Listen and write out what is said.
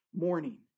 morning